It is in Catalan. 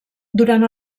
durant